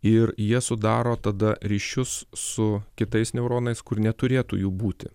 ir jie sudaro tada ryšius su kitais neuronais kur neturėtų jų būti